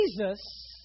Jesus